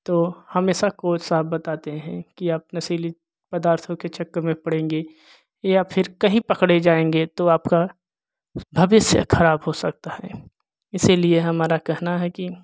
तो हमेशा कोच साहब बताते हैं कि आप नशीले पदार्थों के चक्कर में पड़ेंगे या फिर कहीं पकड़े जाएँगे तो आपका भविष्य ख़राब हो सकता है इसी लिए हमारा कहना है कि